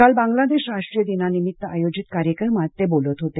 काल बांगलादेश राष्ट्रीय दिनानिमित्त आयोजित कार्यक्रमात ते बोलत होते